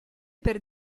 per